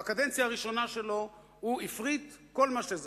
בקדנציה הראשונה שלו הוא הפריט כל מה שזז.